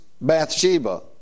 Bathsheba